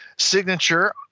Signature